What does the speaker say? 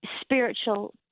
spiritual